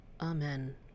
Amen